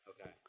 Okay